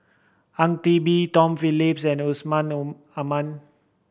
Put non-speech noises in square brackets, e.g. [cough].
Ang Teck Bee Tom Phillips and Yusman [unintelligible] Aman